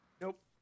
nope